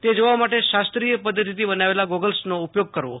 તે જોવા માટે શાસ્ત્રીય પધ્ધતિથી બનાવેલા ગોગલ્સનો ઉપયોગ કરવો